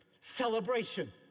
Celebration